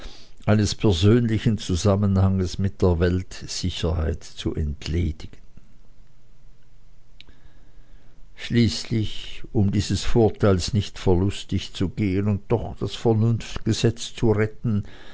eines persönlichen zusammenhanges mit der weltsicherheit zu entledigen schließlich um dieses vorteils nicht verlustig zu gehen und doch das vernunftgesetz zu retten